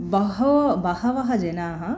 बहवो बहवः जनाः